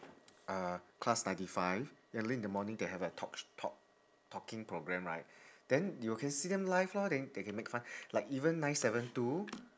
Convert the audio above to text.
uh class ninety five early in the morning they have a talk talk talking programme right then you can see them live lor then they can make fun like even nine seven two